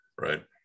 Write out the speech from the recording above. Right